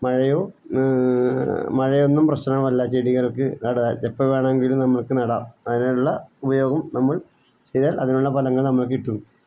മഴയോ മഴയൊന്നും പ്രശ്നമല്ല ചെടികൾക്ക് നടാൻ എപ്പം വേണമെങ്കിലും നമ്മൾക്ക് നടാം അങ്ങനെയുള്ള ഉപയോഗം നമ്മൾ ചെയ്താൽ അതിനുള്ള പലങ്ങൾ നമ്മൾക്ക് കിട്ടും